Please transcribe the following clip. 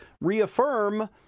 reaffirm